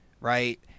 right